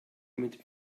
mit